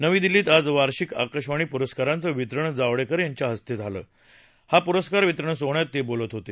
नवी दिल्लीत आज वार्षिक आकाशवाणी प्रस्कारांचं वितरण जावडेकर यांच्या हस्ते आज झालं या प्रस्कार वितरण सोहळ्यात ते बोलत होते